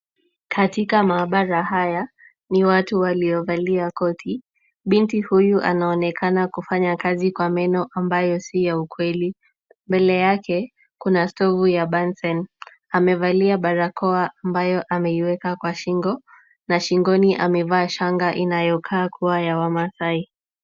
Katika mahabara haya, ni watu waliovalia koti. Binti huyu anaonekana kufanya kazi kwa meno ambayo si ya ukweli. Mbele yake kuna stovu ya bansen .Amevalia barakoa ambayo ameiweka kwa shingo na shingoni amevaa shanga inayokaa kuwa ya wamasai.